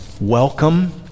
welcome